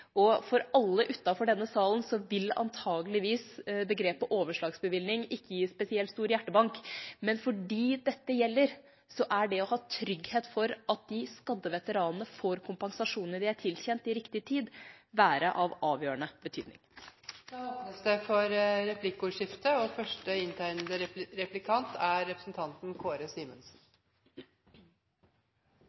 For alle utenfor denne salen vil antakeligvis begrepet «overslagsbevilgning» ikke gi spesielt stor hjertebank, men for de skadde veteranene dette gjelder, vil det å ha trygghet for at de får kompensasjonene de er tilkjent, i riktig tid, være av avgjørende betydning. Det blir replikkordskifte. Langtidsplanen fikk god plass i statsrådens innlegg, og